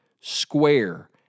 Square